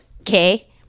Okay